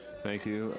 thank you.